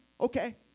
okay